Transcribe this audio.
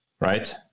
right